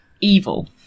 Evil